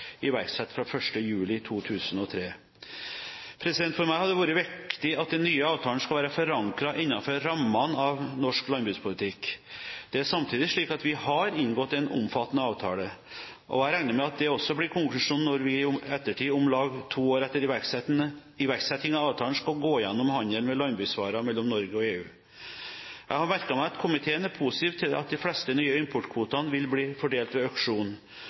iverksatt fra 1. juli 2003. For meg har det vært viktig at den nye avtalen skal være forankret innenfor rammene av norsk landbrukspolitikk. Det er samtidig slik at vi har inngått en omfattende avtale. Jeg regner med at det også blir konklusjonen når vi i ettertid, om lag to år etter iverksetting av avtalen, skal gå gjennom handelen med landbruksvarer mellom Norge og EU. Jeg har merket meg at komiteen er positiv til at de fleste nye importkvotene vil bli fordelt ved